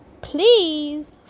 please